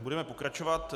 Budeme pokračovat.